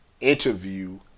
interview